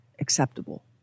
acceptable